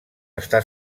està